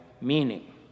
meaning